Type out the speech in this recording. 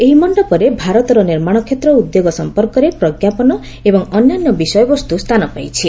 ଏହି ମଣ୍ଡପରେ ଭାରତର ନିର୍ମାଣ କ୍ଷେତ୍ର ଓ ଉଦ୍ୟୋଗ ସମ୍ପର୍କରେ ପ୍ରଜ୍ଞାପନ ଏବଂ ଅନ୍ୟାନ୍ୟ ବିଷୟବସ୍ତୁ ସ୍ଥାନ ପାଇଛି